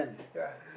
ya